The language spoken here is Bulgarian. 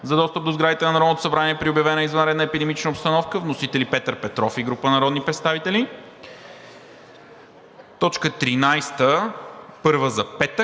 за достъп до сградите на Народното събрание при обявена извънредна епидемична обстановка. Вносители – Петър Петров и група народни представители – точка шеста за